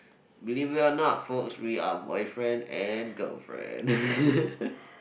believe it or not folks we're boyfriend and girlfriend